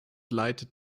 leitet